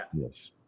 Yes